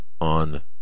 on